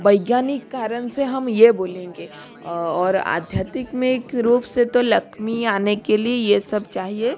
वैज्ञानिक कारण से हम ये बोलेंगे और आध्यात्मिक रूप से तो लक्ष्मी आने के लि ये सब चाहिए